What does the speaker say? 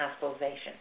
hospitalization